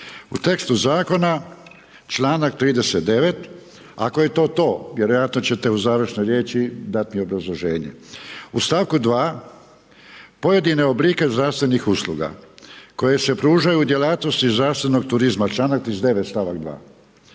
U tekstu zakona članak 39. ako je to to, vjerojatno ćete u završnoj riječi dat mi obrazloženje. U stavku 2. pojedine oblike zdravstvenih usluga koje se pružaju u djelatnosti zdravstvenog turizma, članak 39., stavak 2.,